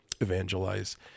evangelize